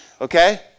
Okay